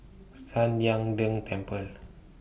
San Lian Deng Temple